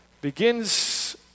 begins